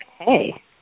Okay